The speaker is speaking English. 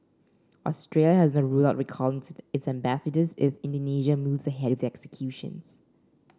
Australia has not ruled out recalling its ambassador if Indonesia moves ahead with the executions